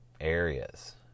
areas